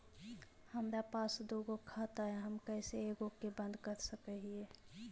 हमरा पास दु गो खाता हैं, हम कैसे एगो के बंद कर सक हिय?